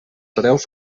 hereus